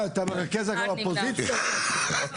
1 יוראי, אני מבקש בפרוטוקול יהיה כתוב.